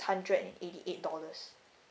hundred and eighty eight dollars